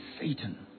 Satan